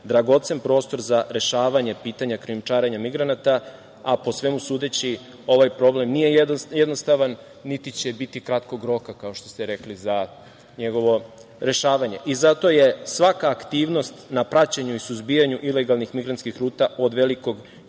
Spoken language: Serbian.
dragocen prostor za rešavanje pitanja krijumčarenja migranata, a po svemu sudeći ovaj problem nije jednostavan, niti će biti kratkog roka, kao što ste i rekli, za njegovo rešavanje. Zato je svaka aktivnost na praćenju i suzbijanju ilegalnih migrantskih ruta od velikog